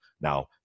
Now